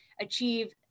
achieve